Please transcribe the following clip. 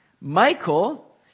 Michael